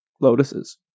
Lotuses